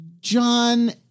John